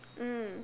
mm